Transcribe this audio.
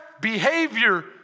behavior